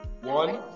One